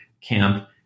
camp